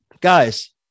Guys